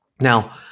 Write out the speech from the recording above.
Now